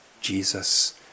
Jesus